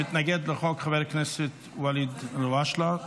מתנגד לחוק חבר הכנסת ואליד אלהואשלה.